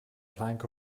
plank